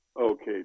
Okay